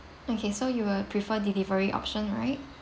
okay so you will prefer delivery option right